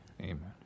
Amen